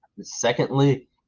Secondly